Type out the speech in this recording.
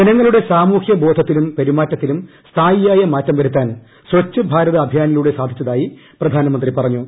ജനങ്ങളുടെ സാമൂഹ്യ ബോധത്തിലും പെരുമാറ്റത്തിലും സ്ഥായിയായ മാറ്റം വരുത്താൻ സ്വച്ച് ഭാരത് അഭിയാനിലൂടെ സാധിച്ചതായി പ്രധാനമന്ത്രി പറഞ്ഞു